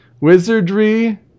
Wizardry